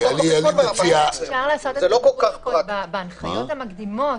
אפשר לעשות את זה בהנחיות המקדימות,